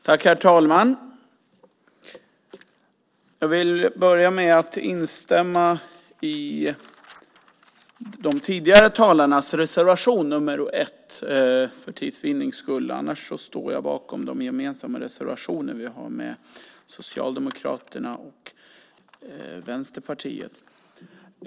Herr talman! Jag ska för tids vinnande börja med att instämma i det som de tidigare talarna har sagt om vår gemensamma reservation 1. I övrigt står jag bakom de reservationer som vi har gemensamt med Socialdemokraterna och Vänsterpartiet.